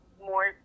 more